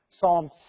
Psalm